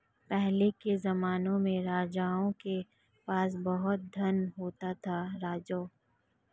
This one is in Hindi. पहले के जमाने में राजाओं के पास बहुत धन होता था, राजू